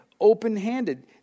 open-handed